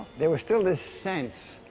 there was still this sense.